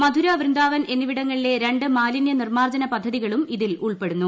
മധുര വൃന്ദാവൻ എന്നിവിടങ്ങളിലെ രണ്ട് മാലിന്യ നിർമ്മാർജ്ജന പദ്ധതികളും ഇതിൽ ഉൾപ്പെടുന്നു